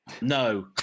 No